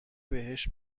بهش